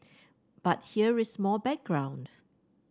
but here more background